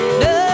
no